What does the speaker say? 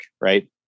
right